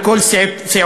על כל סיעותיה,